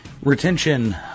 Retention